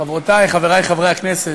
חברותי, חברי, חברי הכנסת,